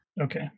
Okay